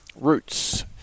roots